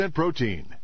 protein